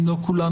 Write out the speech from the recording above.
אם לא כולנו,